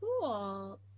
cool